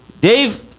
Dave